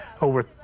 Over